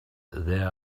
there